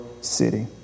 city